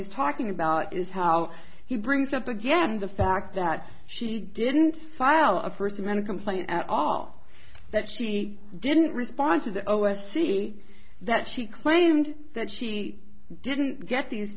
he's talking about is how he brings up again the fact that she didn't file a first of many complaints at all that she didn't respond to the o s c that she claimed that she didn't get these